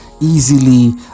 easily